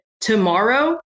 tomorrow